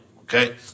Okay